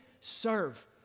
serve